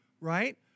right